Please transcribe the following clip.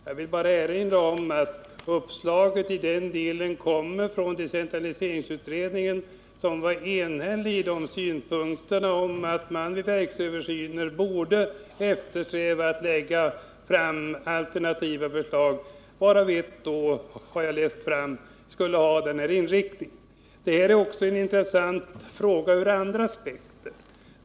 Jag vill bara erinra om att uppslaget i den delen kommer från decentraliseringsutredningen som var enig om att man vid verksöversyner borde eftersträva att lägga fram alternativa förslag, varav ett, enligt vad jag kunnat läsa mig till, skulle ha den här inriktningen. Det är också en fråga som är intressant ur andra aspekter.